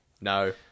No